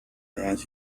around